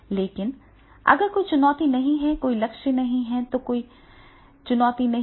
लेकिन अगर कोई चुनौती नहीं है तो कोई लक्ष्य नहीं है और अगर कोई लक्ष्य नहीं है तो कोई चुनौती नहीं है